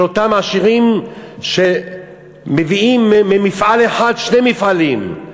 של אותם עשירים שמביאים ממפעל אחד שני מפעלים,